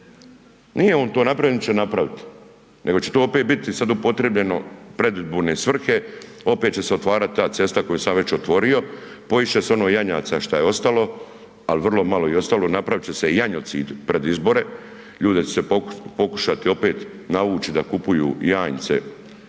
Nije on to napravio, niti će napravit, nego će to opet biti sad upotrebljeno u predizborne svrhe, opet će otvarati ta cesta koju sam već otvorio, poist će se ono janjaca šta je ostalo, ali vrlo je i ostalo, napravit će se janjocid pred izbore, ljude će se pokušati opet navući da kupuju janjce,